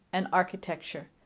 and architecture.